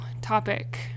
topic